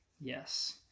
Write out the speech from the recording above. Yes